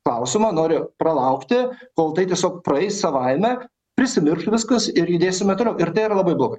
klausimą nori pralaukti kol tai tiesiog praeis savaime prisimirš viskas ir judėsime toliau ir tai yra labai blogai